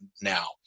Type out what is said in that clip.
now